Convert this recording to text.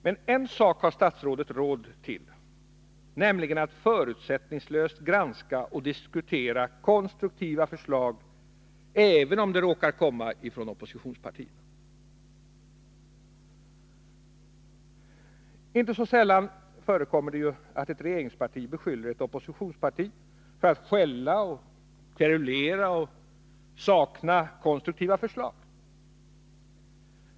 Men en sak har statsrådet råd till, nämligen att förutsättningslöst granska och diskutera konstruktiva förslag, även om de råkar komma från oppositionspartierna. Inte så sällan förekommer det att ett regeringsparti beskyller ett oppositionsparti för att bara skälla och kverulera och sakna konstruktiva förslag.